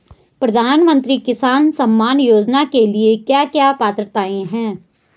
प्रधानमंत्री किसान सम्मान योजना के लिए क्या क्या पात्रताऐं हैं?